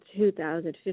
2015